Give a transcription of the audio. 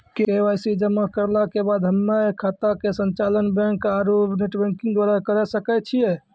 KYC जमा करला के बाद हम्मय खाता के संचालन बैक आरू नेटबैंकिंग द्वारा करे सकय छियै?